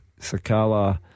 Sakala